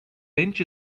bench